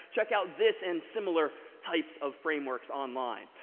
check out this and similar types of frameworks online.